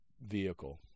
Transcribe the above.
vehicle